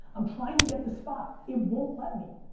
i'm trying to get the spot. it won't let me.